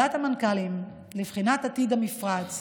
ועדת המנכ"לים לבחינת עתיד המפרץ,